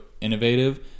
innovative